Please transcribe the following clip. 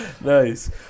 Nice